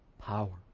power